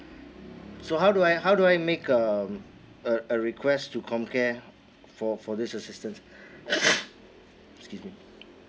so how do I how do I make um a a request to COMCARE for for this assistance excuse me